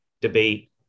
debate